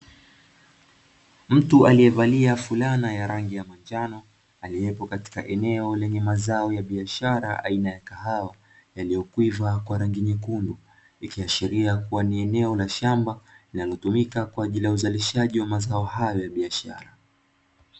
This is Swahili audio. Mtu aliyevalia fulana ya rangi ya manjano, aliyeko katika eneo lenye mazao ya biashara aina ya kahawa, yaliyokwiva kwa rangi nyekundu, ikihashiria kuwa ni eneo la shamba, linalotumika kwa ajili uzalishaji wa mazao ayo ya biashara.